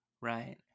Right